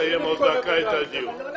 חברים, אני צריך לסיים את הדיון בתוך דקה.